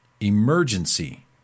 emergency